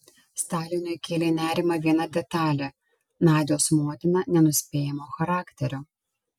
stalinui kėlė nerimą viena detalė nadios motina nenuspėjamo charakterio